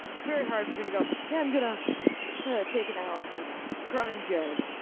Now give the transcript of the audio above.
it's very hard for me to go, yeah, i'm going to take an hour and have a crying jag.